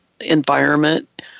environment